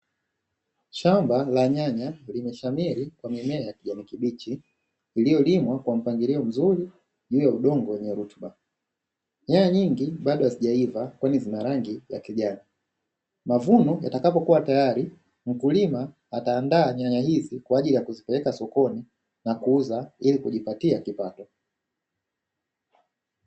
Shamba la nyanya limeshamiri kwa mimea ya kijani kibichi iliyolimwa kwa mpangilio mzuri juu ya udongo wenye rutuba. Nyaya nyingi bado hazijaiva kwani zina rangi ya kijani, mavuno yatakapokuwa tayari mkulima ataandaa nyanya hizi kwa ajili ya kuzipeleka sokoni na kuuza ili kujipatia kipato.